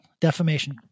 defamation